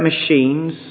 machines